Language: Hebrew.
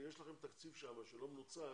יש לכם תקציב שם שלא מנוצל,